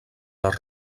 les